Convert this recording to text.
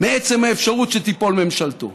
מעצם האפשרות שתיפול ממשלתו.